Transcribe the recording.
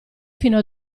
fino